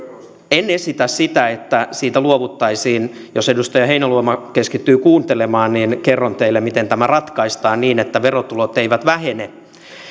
en esitä sitä että siitä luovuttaisiin jos edustaja heinäluoma keskittyy kuuntelemaan kerron teille miten tämä ratkaistaan niin että verotulot eivät vähene